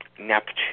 Neptune